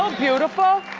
um beautiful.